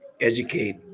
educate